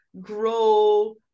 grow